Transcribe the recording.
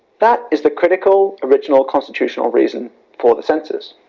that is the critical original constitutional reason for the census.